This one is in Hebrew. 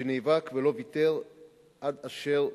שנאבק ולא ויתר עד אשר בורך.